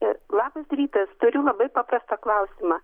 labas rytas turi labai paprastą klausimą